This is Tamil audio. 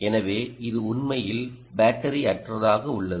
எனவே இது உண்மையில் பேட்டரியற்றதாக உள்ளது